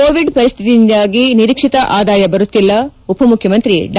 Covid ಪರಿಸ್ತಿತಿಯಿಂದಾಗಿ ನಿರೀಕಿತ ಆದಾಯ ಬರುತಿಲ್ಲ ಉಪಮುಖ್ರಮಂತಿ ಡಾ